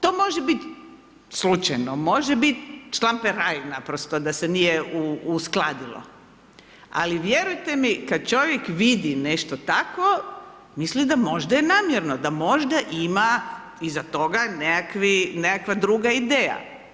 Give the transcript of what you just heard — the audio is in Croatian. To može biti slučajno, može biti šlamperaj naprosto da se nije uskladilo, ali vjerujte mi kad čovjek vidi nešto takvo, misli da možda je namjerno, da možda ima iza toga nekakvi, nekakva druga ideja.